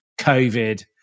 covid